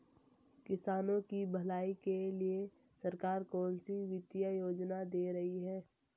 किसानों की भलाई के लिए सरकार कौनसी वित्तीय योजना दे रही है?